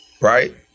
Right